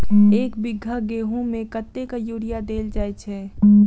एक बीघा गेंहूँ मे कतेक यूरिया देल जाय छै?